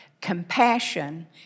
compassion